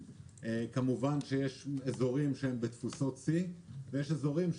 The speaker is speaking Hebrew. כמובן שיש אזורים שהם בתפוסות שיא ויש אזורים,